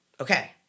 Okay